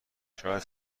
شاید